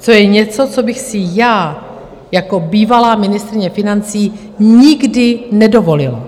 To je něco, co bych si já jako bývalá ministryně financí nikdy nedovolila.